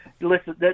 Listen